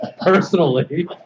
Personally